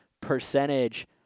percentage